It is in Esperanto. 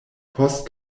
post